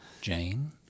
Jane